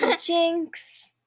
Jinx